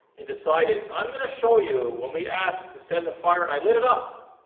and decided i'm gonna show you when we asked to send the fire and i lit it up.